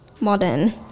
modern